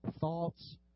thoughts